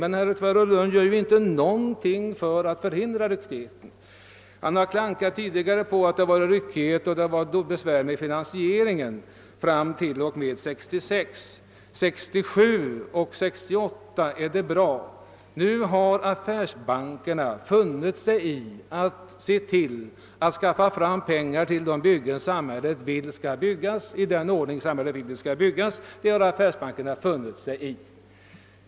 Men herr Nilsson i Tvärålund gör inget för att förhindra denna ryckighet. Han har tidigare klankat på att det förekommit ryckighet och andra besvärligheter i bostadsbyggnadsfinansieringen fram t.o.m. år 1966. Under åren 1967 och 1968 har emellertid finansieringen förlöpt på ett bättre sätt. Affärsbankerna har nu funnit sig i att skaffa fram pengar till byggande i den ordning som samhället önskar få till stånd.